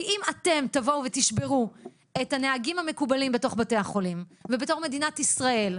כי אם אתם תשברו את הנהגים המקובלים בתוך בתי החולים בתור מדינת ישראל,